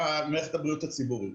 הבריאות הציבורית.